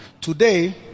today